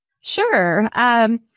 Sure